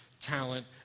talent